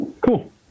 cool